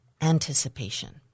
anticipation